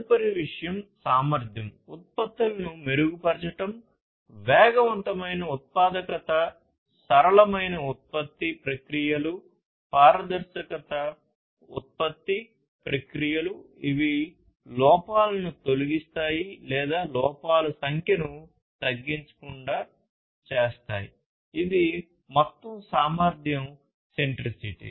తదుపరి విషయం సామర్థ్యం సంఖ్యను తగ్గించకుండా చేస్తాయి ఇది మొత్తం సామర్థ్యం సెంట్రిసిటీ